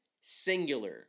singular